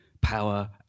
power